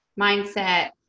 mindset